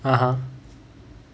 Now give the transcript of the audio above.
(uh huh)